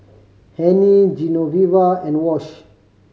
Hennie Genoveva and Wash